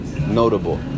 Notable